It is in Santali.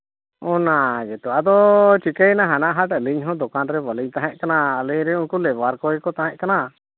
ᱚᱱᱟ ᱜᱮᱛᱚ ᱟᱫᱚ ᱪᱤᱠᱟᱹᱭᱮᱱᱟ ᱦᱟᱱᱟ ᱦᱟᱴ ᱟᱹᱞᱤᱧ ᱦᱚᱸ ᱫᱚᱠᱟᱱ ᱨᱮ ᱵᱟᱹᱞᱤᱧ ᱛᱟᱦᱮᱸᱠᱟᱱᱟ ᱟᱹᱞᱤᱧ ᱨᱮᱱ ᱩᱱᱠᱩ ᱞᱮᱵᱟᱨ ᱠᱚᱜᱮ ᱠᱚ ᱛᱟᱦᱮᱸᱠᱟᱱᱟ